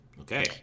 Okay